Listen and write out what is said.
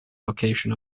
location